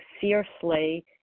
fiercely